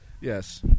Yes